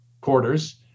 quarters